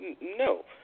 no